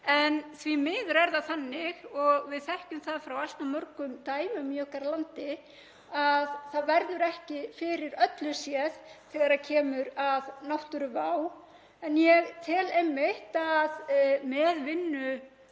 En því miður er það þannig, og við þekkjum það frá allt of mörgum dæmum í okkar landi, að það verður ekki fyrir öllu séð þegar kemur að náttúruvá. En ég tel einmitt að með vinnu